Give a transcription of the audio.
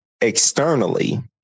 externally